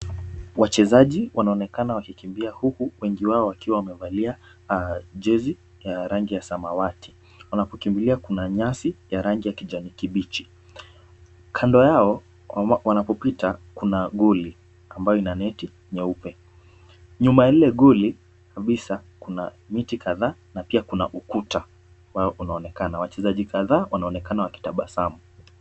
Wachezaji wanaonekana wakikimbia huku wengi wao wakiwa wamevalia jezi ya rangi ya samawati. Wanapokimbilia kuna nyasi ya rangi ya kijani kibichi. kando yao ama wanapoipita kuna goli ambayo ina neti nyeupe. Nyuma ya ile goli kabisa kuna miti kadhaa na pia kuna ukuta ambayo unaonekana. Wachezaji kadhaa wanaonekana wakitabasamu.